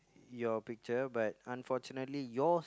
your picture but unfortunately yours